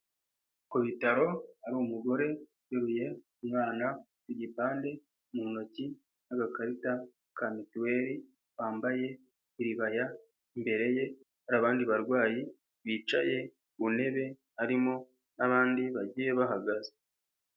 Ku bitaro ni umugore iteruye umwana, igipande mu ntoki, n'agakarita ka mituweli, yambambaye iribaya, imbere ye hari abandi barwayi bicaye ku ntebe harimo n'abandi bagiye bahagaze.